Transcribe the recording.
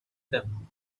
them